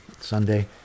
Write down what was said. Sunday